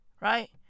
right